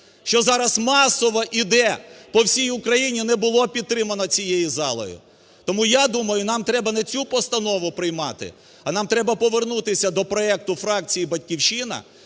що зараз масово іде по всій Україні, не було підтримано цією залою. Тому я думаю, нам треба не цю постанову приймати, а нам треба повернутися до проекту фракції "Батьківщина"